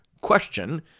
question